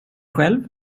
själv